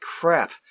crap